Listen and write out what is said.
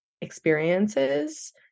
experiences